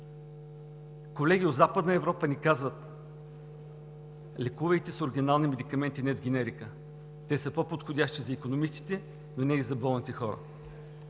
Колеги, от Западна Европа ни казват: лекувайте с оригинални медикаменти, а не с генерика. Те са по-подходящи за икономистите, но не и за болните хора.